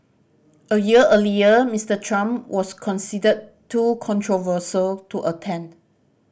a year earlier Mister Trump was considered too controversial to attend